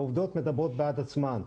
העובדות מדברות בעד עצמן,